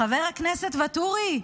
חבר הכנסת ואטורי,